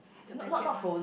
the packet one